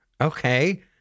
okay